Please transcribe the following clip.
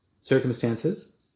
circumstances